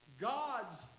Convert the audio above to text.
God's